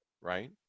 right